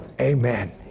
Amen